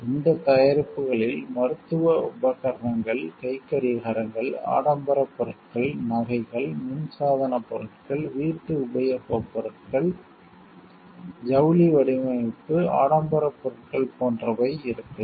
இந்தத் தயாரிப்புகளில் மருத்துவ உபகரணங்கள் கைக்கடிகாரங்கள் ஆடம்பரப் பொருட்கள் நகைகள் மின்சாதனப் பொருட்கள் வீட்டு உபயோகப் பொருட்கள் ஜவுளி வடிவமைப்பு ஆடம்பரப் பொருட்கள் போன்றவை இருக்கலாம்